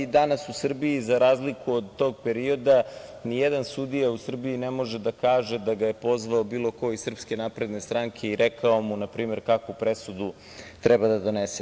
Danas u Srbiji, za razliku od tog perioda, nijedan sudija u Srbiji ne može da kaže da ga je pozvao bilo ko iz SNS i rekao mu, na primer, kakvu presudu treba da donese.